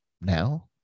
Now